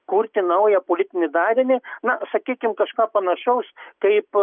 kurti naują politinį darinį na sakykim kažką panašaus kaip